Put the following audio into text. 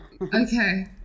Okay